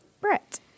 brett